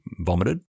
vomited